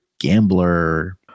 gambler